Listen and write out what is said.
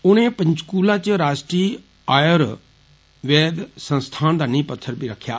उनें पंचकूला च राश्ट्री आयुर्वेद संस्थान दा नींह पत्थर बी रक्खेआ